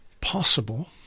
Possible